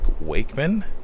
Wakeman